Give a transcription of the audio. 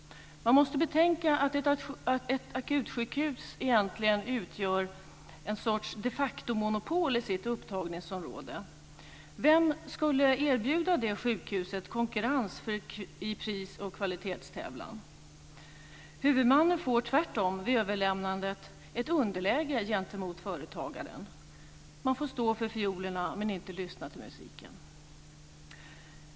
Man måste betänka att ett akutsjukhus egentligen utgör en sorts de factomonopol i sitt upptagningsområde. Vem skulle erbjuda det sjukhuset konkurrens i pris och kvalitetstävlan? Huvudmannen får tvärtom vid överlämnandet ett underläge gentemot företagaren. Man får stå för fiolerna men inte lyssna till musiken.